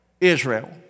Israel